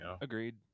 Agreed